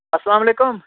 اسلام علیکُم